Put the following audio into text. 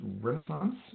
renaissance